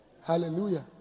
Hallelujah